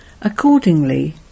Accordingly